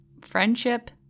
friendship